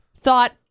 thought